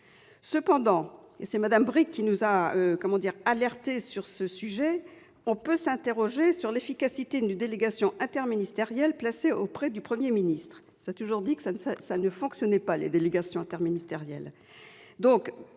Cependant, Mme Bricq nous a alertés sur un point. On peut en effet s'interroger sur l'efficacité d'une délégation interministérielle placée auprès du Premier ministre